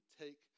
Take